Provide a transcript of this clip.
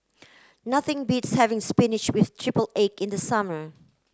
nothing beats having spinach with triple egg in the summer